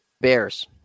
Bears